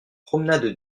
promenade